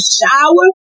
shower